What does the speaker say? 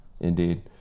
Indeed